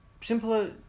simpler